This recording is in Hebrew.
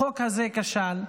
החוק הזה כשל.